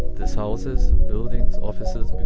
these houses, buildings, offices,